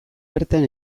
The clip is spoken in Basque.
bertan